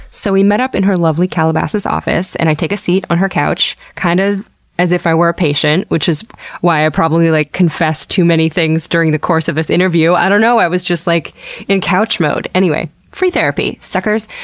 so we met up in her lovely, calabasas office and i take a seat on her couch, kind of as if i were a patient, which is why i probably like confessed too many things during the course of this interview. i don't know i was just like in couch mode. anyways, free therapy. suckers!